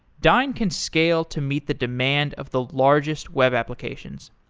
dyn can scale to meet the demand of the largest web applications.